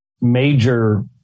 major